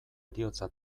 heriotza